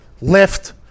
lift